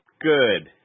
good